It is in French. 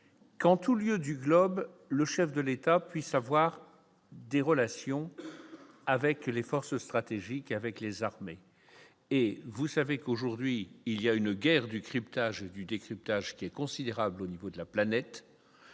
qu'en tout lieu du globe, le chef de l'État puisse avoir des relations avec les forces stratégiques avec les armées, et vous savez qu'aujourd'hui il y a une guerre du cryptage du décryptage, qui est considérable, au niveau de la planète